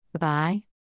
Bye